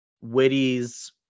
Witty's